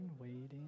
waiting